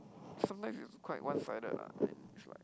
sometimes is quite one-sided lah and it's like